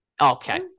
Okay